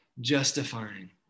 justifying